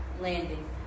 landing